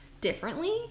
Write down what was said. differently